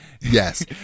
Yes